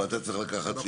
אבל אתה צריך לקחת ,